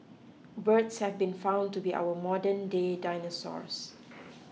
birds have been found to be our modernday dinosaurs